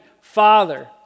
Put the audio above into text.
Father